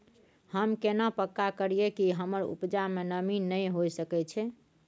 हम केना पक्का करियै कि हमर उपजा में नमी नय होय सके छै?